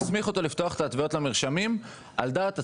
לפתוח את ההתוויות למרשמים על דעת עצמו,